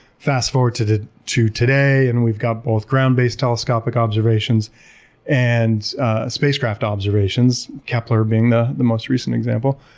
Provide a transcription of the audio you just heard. fast forward to to to today and we've got both ground based telescopic observations and spacecraft observations, kepler being the the most recent example,